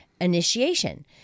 initiation